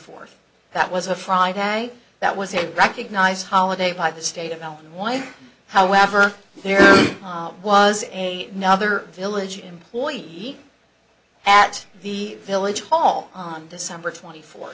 fourth that was a friday that was a recognized holiday by the state of illinois however there was a no other village employee at the village hall on december twenty four